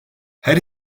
her